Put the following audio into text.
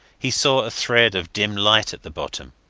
he saw a thread of dim light at the bottom.